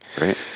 right